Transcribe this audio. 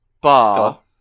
bar